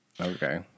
Okay